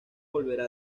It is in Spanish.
volverá